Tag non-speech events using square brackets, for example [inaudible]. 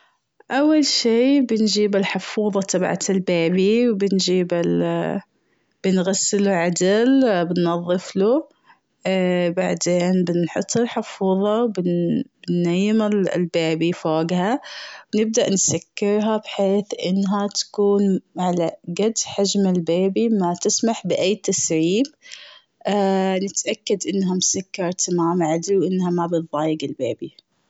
أول شي بنجيب الحفوضة تبعت البيبي و بنجيب ال [hesitation] بنغسله عدل بنظفه [hesitation] بعدين بنحط الحفوظة و بنيم البيبي فوقها. نبدأ نسكرها بحيث إنها تكون على قد حجم البيبي ما تسمح بأي تسريب. [hesitation] لتتأكد إنهم سكر تمام عادي و إنها ما بتضايق البيبي.